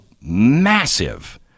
massive